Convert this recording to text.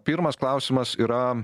pirmas klausimas yra